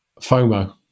FOMO